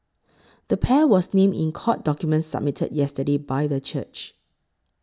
the pair were named in court documents submitted yesterday by the church